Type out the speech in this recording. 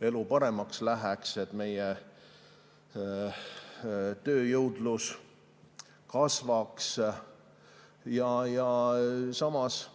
elu paremaks läheks ja et meie tööjõudlus kasvaks. Samas,